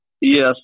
Yes